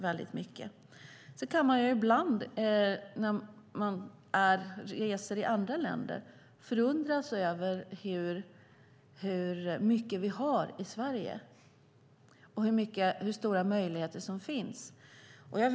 När man reser i andra länder kan man förundras över hur mycket vi har i Sverige och hur stora möjligheter som finns.